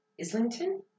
Islington